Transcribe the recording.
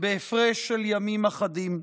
בהפרש של ימים אחדים.